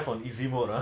ya